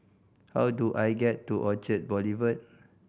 how do I get to Orchard Boulevard